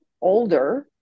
older